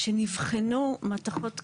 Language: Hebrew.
שנבחנו מתכות כבדות,